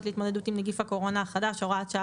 להתמודדות עם נגיף הקורונה החדש (הוראת שעה),